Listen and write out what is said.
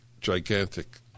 gigantic